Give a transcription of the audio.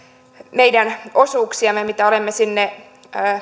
meidän osuuksiamme mitä olemme sinne